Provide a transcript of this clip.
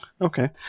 Okay